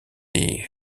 des